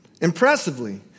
Impressively